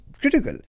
Critical